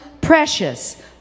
precious